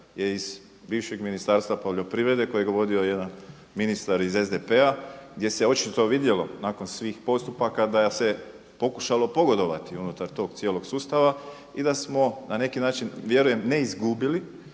je iz bivšeg Ministarstva poljoprivrede kojeg je vodio jedan ministar iz SDP-a gdje se očito vidjelo nakon svih postupaka da se pokušalo pogodovati unutar tog cijelog sustava i da smo na neki način vjerujem ne izgubili,